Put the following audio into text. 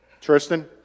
Tristan